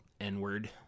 N-word